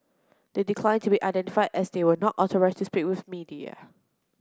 they declined to be identified as they were not authorised to speak with media